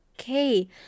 Okay